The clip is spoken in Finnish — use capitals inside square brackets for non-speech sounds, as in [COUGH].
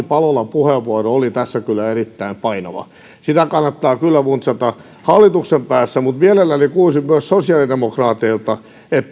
[UNINTELLIGIBLE] palolan puheenvuoro oli tässä kyllä erittäin painava sitä kannattaa kyllä funtsata hallituksen päässä mutta mielelläni kuulisin myös sosiaalidemokraateilta